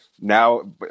now